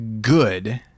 good